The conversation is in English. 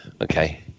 Okay